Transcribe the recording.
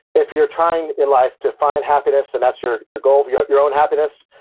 if you're trying in life to find happiness, and that's your your goal, for your your own happiness,